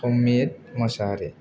समित मसाहारि